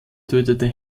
tötete